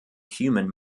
human